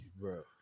bro